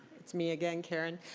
me again, karen.